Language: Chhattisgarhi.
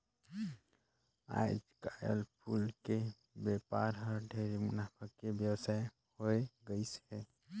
आयज कायल फूल के बेपार हर ढेरे मुनाफा के बेवसाय होवे गईस हे